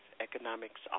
economics